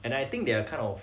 and I think they are kind of